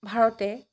ভাৰতে